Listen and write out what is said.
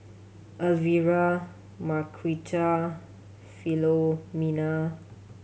Elvera Marquita Philomena